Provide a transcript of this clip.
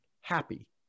happy